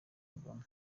kagame